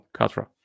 katra